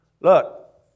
Look